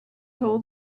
told